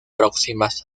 próximas